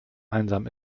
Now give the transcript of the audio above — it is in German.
einsam